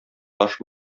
таш